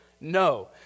no